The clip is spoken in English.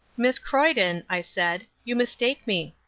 miss croyden, i said, you mistake me.